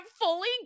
fully